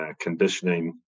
conditioning